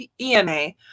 EMA